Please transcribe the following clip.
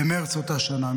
במרץ אותה שנה,